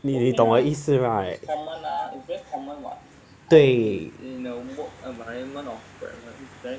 你你懂我的意思 right 对